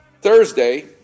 Thursday